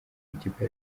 ikipe